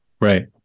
Right